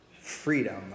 freedom